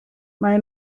mae